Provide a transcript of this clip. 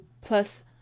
plus